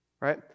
right